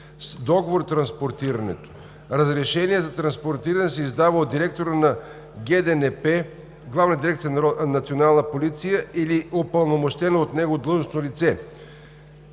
договор транспортирането. Разрешението за транспортиране се издава от директора на Главна дирекция „Национална полиция“ или упълномощено от него длъжностно лице.